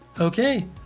Okay